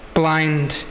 Blind